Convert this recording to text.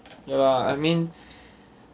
ya lah I mean